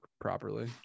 properly